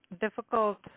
difficult